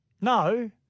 No